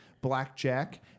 Blackjack